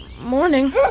morning